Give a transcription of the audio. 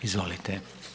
Izvolite.